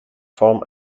form